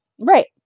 Right